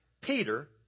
Peter